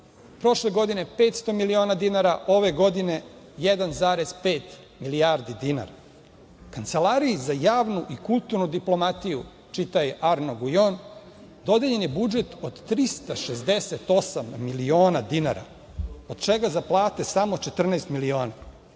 prošle godine 500 miliona dinara, ove godine 1,5 milijardi dinara. Kancelariji za javnu i kulturnu diplomatiju čitaj Arno Gujon, dodeljen je budžet od 368 miliona dinara od čega za plate samo 14 miliona.